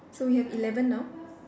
so we have eleven now